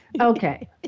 okay